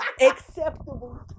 Acceptable